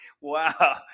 wow